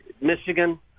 Michigan